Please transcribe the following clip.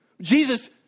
Jesus